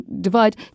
divide